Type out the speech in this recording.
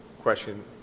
question